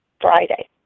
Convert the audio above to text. Friday